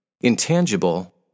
intangible